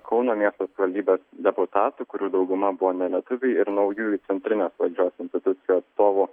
kauno miesto savivaldybės deputatų kurių dauguma buvo ne lietuviai ir naujųjų centrinės valdžios institucijų atstovų